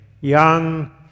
young